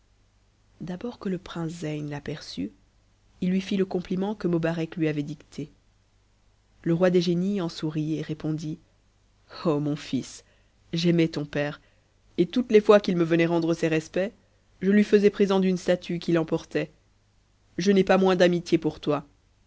d'abord que le prince zeyn l'aperçut il lui fit le compument que mobarec lui avait dicté le roi des génies en sourit et répondit mon fils j'aimais ton père et toutes les fois qu'il me venait rendre ses respects je lui faisais présent d'une statue qu'il emportait je n'ai pas moins d'amitié pour toi